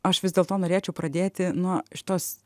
aš vis dėlto norėčiau pradėti nuo šitos